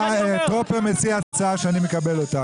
טרופר מציע הצעה שאני מקבל אותה.